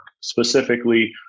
specifically